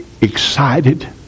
excited